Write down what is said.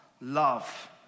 love